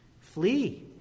Flee